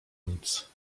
nic